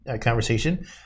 Conversation